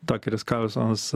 takeris karlsonas